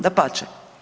Dapače.